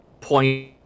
point